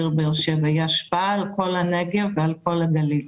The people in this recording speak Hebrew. העיר באר שבע אלא היא השפעה על כל הנגב ועל כל הגליל.